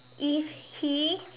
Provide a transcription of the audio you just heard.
if he